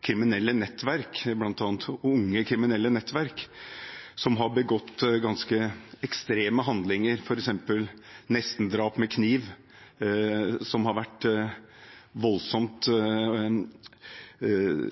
kriminelle nettverk, bl.a., unge kriminelle nettverk – som har begått ganske ekstreme handlinger, f.eks. nesten-drap med kniv, som har vært voldsomt